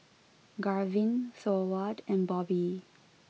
Garvin Thorwald and Bobby